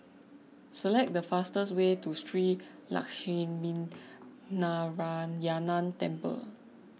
select the fastest way to Shree Lakshminarayanan Temple